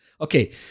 okay